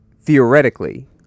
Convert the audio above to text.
theoretically